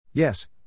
Yes